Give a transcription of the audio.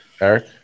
Eric